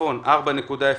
בצפון 4.08,